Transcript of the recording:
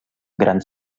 grans